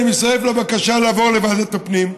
אני מצטרף לבקשה להעביר את הנושא לוועדת הפנים,